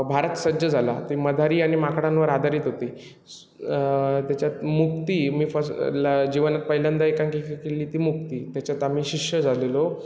भारत सज्ज झाला ते मदारी आणि माकडांवर आधारित होती त्याच्यात मुक्ती मी फस् ला जीवनात पहिल्यांदा एकांकिका केली ती मुक्ती त्याच्यात आम्ही शिष्य झालेलो